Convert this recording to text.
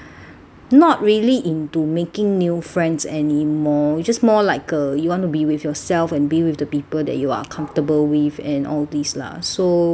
not really into making new friends anymore you just more like uh you just want to be with yourself and be with the people that you are comfortable with and all these lah so